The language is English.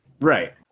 Right